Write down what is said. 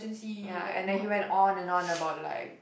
ya and then he went on and on about like